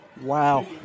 Wow